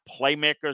playmakers